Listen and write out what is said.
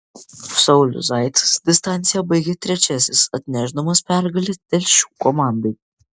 saulius zaicas distanciją baigė trečiasis atnešdamas pergalę telšių komandai